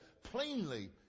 plainly